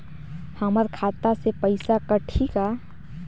हमर खाता से पइसा कठी का?